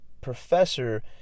professor